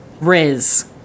riz